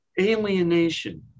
alienation